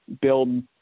build